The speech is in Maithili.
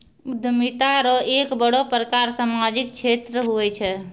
उद्यमिता रो एक बड़ो प्रकार सामाजिक क्षेत्र हुये छै